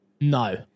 No